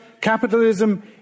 capitalism